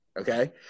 okay